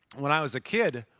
when i was a kid,